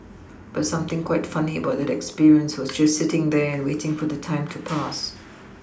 but something quite funny about that experience was just sitting there and waiting for the time to pass